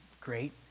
great